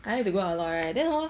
I like to go a lot right then hor